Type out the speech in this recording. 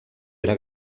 era